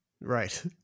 Right